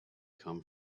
come